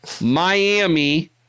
Miami